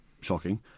shocking